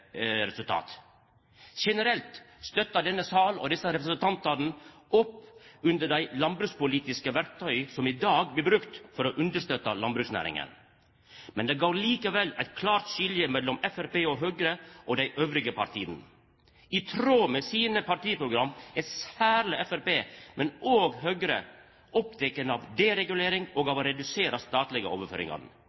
resultat. Generelt stør denne salen og desse representantane opp om dei landbrukspolitiske verktya som i dag blir brukte for å stø landbruksnæringa. Men det går likevel eit klart skilje mellom Framstegspartiet og Høgre og dei andre partia. I tråd med sine partiprogram er særleg Framstegspartiet, men òg Høgre, opptekne av deregulering og av å redusera dei statlege overføringane.